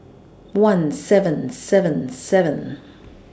one seven seven seven